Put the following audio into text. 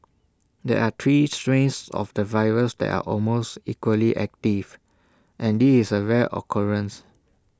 there are three strains of the virus that are almost equally active and this is A rare occurrence